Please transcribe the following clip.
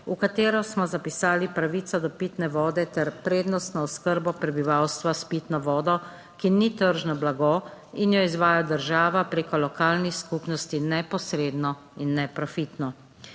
v katero smo zapisali pravico do pitne vode ter prednostno oskrbo prebivalstva s pitno vodo, ki ni tržno blago in jo izvaja država preko lokalnih skupnosti neposredno in neprofitno.